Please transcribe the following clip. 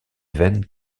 veines